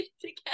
together